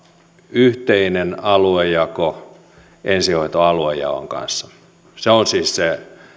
yhteinen aluejako ensihoidon aluejaon kanssa se on siis se